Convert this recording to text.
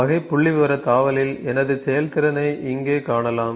வகை புள்ளிவிவர தாவலில் எனது செயல்திறனை இங்கே காணலாம்